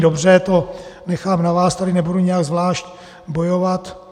Dobře, to nechám na vás, tady za to nebudu nějak zvlášť bojovat.